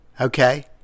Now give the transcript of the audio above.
Okay